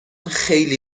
خیلی